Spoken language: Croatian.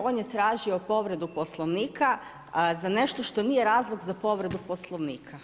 On je tražio povredu Poslovnika za nešto što nije razlog za povredu Poslovnika.